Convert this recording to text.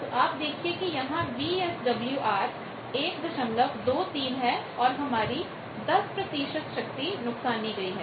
तो आप देखिए कि यहां VSWR 123 है और हमारी 10 शक्ति नुकसानी गई है